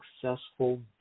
successful